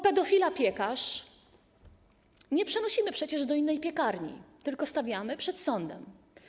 Pedofila piekarza nie przenosimy przecież do innej piekarni, tylko stawiamy przed sądem.